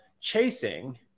chasing